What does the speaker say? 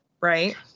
Right